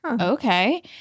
okay